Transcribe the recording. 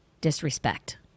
disrespect